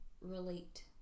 relate